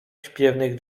śpiewnych